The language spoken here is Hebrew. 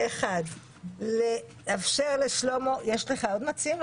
פה אחד לאפשר לשלמה יש לך עוד מציעים?